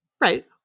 Right